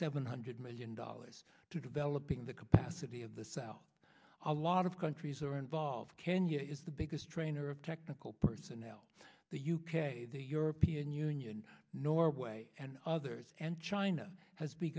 seven hundred million dollars to developing the capacity of the south a lot of countries are involved kenya is the biggest trainer of technical personnel the u k the european union norway and others and china has